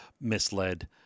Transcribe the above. misled